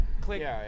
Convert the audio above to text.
click